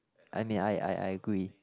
I mean I I I agree